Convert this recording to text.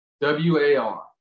w-a-r